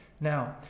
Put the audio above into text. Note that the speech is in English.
Now